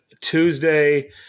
Tuesday